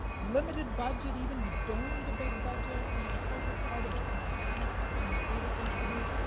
limited budget, even, you don't need a big budget. i'm gonna focus on quite a bit on organic, that's one of my favorite things to do.